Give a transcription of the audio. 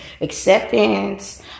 acceptance